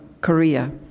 Korea